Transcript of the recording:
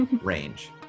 range